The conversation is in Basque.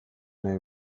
nahi